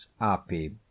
api